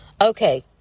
Okay